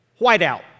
whiteout